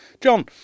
John